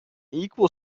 equal